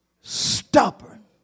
stubborn